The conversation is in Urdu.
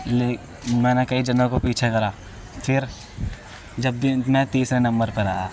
لے میں نے کئی جنوں کو پیچھے کرا پھر جب بھی میں تیسرے نمبر پر رہا